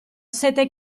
sette